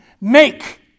Make